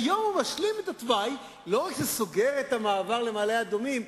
היום הוא משלים את התוואי לא רק שסוגר את המעבר למעלה-אדומים,